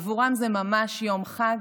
עבורם זה ממש יום חג,